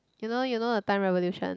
you know you know the time revolution